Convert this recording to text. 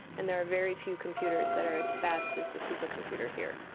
and there are very few computers that are as fast as the supercomputer here.